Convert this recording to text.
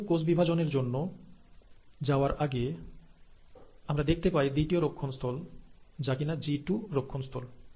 প্রকৃত কোষ বিভাজনের জন্য যাওয়ার আগে আমরা দেখতে পাই দ্বিতীয় রুক্ষণস্থল যা কিনা জিটু রুক্ষণস্থল